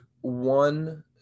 one